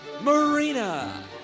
Marina